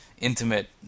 Intimate